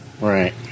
right